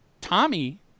tommy